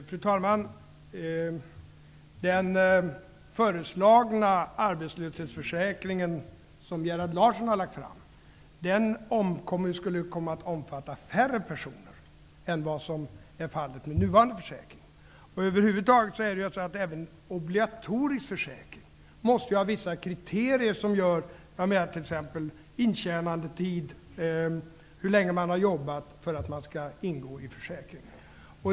Fru talman! Det förslag till arbetslöshetsförsäkring som Gerhard Larsson har lagt fram skulle komma att omfatta färre personer än som är fallet med nuvarande försäkring. Över huvud taget måste även en obligatorisk försäkring ha vissa kriterier. Jag menar t.ex. intjänandetid, hur länge man skall ha jobbat för att ingå i försäkringen.